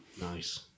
Nice